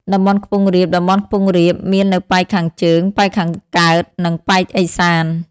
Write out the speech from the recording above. តំបន់ខ្ពង់រាប តំបន់ខ្ពង់រាបមាននៅប៉ែកខាងជើង ប៉ែកខាងកើត និងប៉ែកឦសាន ។